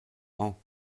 ans